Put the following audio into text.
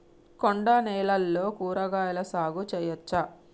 కొండ నేలల్లో కూరగాయల సాగు చేయచ్చా?